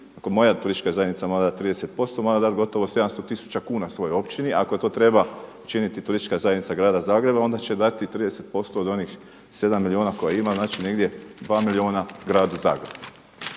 ako moja turistička zajednica mora dati 30% mora dati gotovo 700 tisuća kuna svojoj općini ako to treba činiti Turistička zajednica Grada Zagreba onda će dati 30% od onih 7 milijuna koje ima, znači negdje 2 milijuna Gradu Zagrebu.